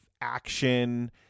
action